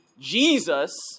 Jesus